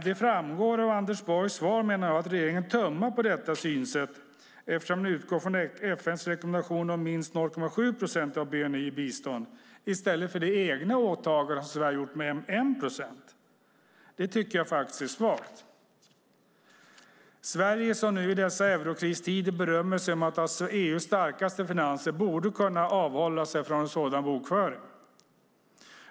Det framgår av Anders Borgs svar, menar jag, att regeringen tummar på detta synsätt eftersom det utgår från FN:s rekommendation om minst 0,7 procent av bni i bistånd i stället för det egna åtagande som Sverige gjort om 1 procent. Det tycker jag faktiskt är svagt. Sverige, som i dessa eurokristider berömmer sig av att ha EU:s starkaste finanser, borde kunna avhålla sig från sådan bokföring.